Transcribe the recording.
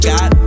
God